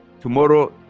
tomorrow